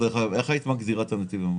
איך היית מגדירה את הנתיב המהיר?